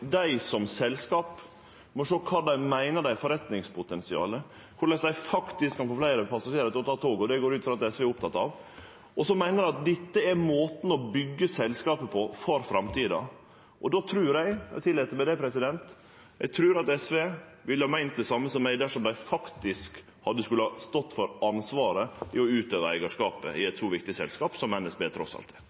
dei som selskap må sjå kva dei meiner er forretningspotensialet, og korleis dei kan få fleire passasjerar til å ta toget – og det går eg ut frå at SV er oppteke av. Og så meiner eg at dette er måten å byggje selskapet på for framtida. Eg trur – eg tillèt meg det, president – at SV ville ha meint det same som meg dersom dei faktisk skulle ha stått for ansvaret når det gjeld å utøve eigarskapet i eit så viktig selskap som NSB trass i alt er.